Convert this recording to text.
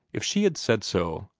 if she had said so,